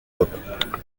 pop